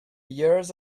years